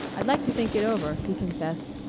i'd like to think it over, he, confessed.